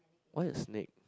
why a snake